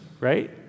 right